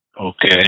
Okay